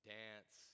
dance